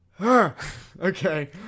Okay